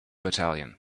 battalion